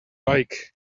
like